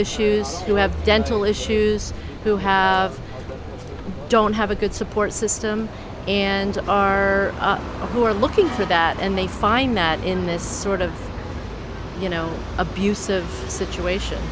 issues who have dental issues who have don't have a good support system and are who are looking for that and they find that in this sort of you know abusive situation